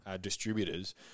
distributors